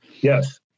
Yes